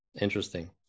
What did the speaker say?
interesting